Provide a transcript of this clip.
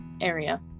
area